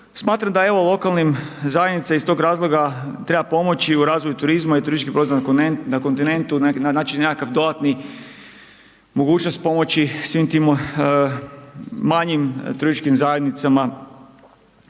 smatram da evo, lokalnim zajednicama iz toga razloga treba pomoći u razvoju turizma i turistički…/Govornik se ne razumije/…na kontinentu, znači, nekakav dodatni, mogućnost pomoći svim tim manjim turističkim zajednicama.